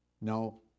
No